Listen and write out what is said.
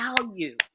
value